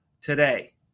today